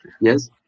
Yes